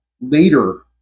later